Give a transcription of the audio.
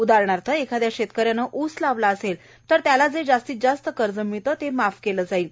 उदाहरणार्थ एखाद्या शेतकऱ्याने ऊस लावला असेल तर त्याला जे जास्तीत जास्त कर्ज मिळतं ते माफ केलं जाणार आहे